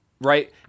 right